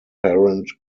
parent